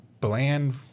bland